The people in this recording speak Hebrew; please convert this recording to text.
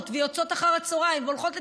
ויוצאות אחר הצוהריים והולכות לתחרויות,